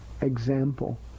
example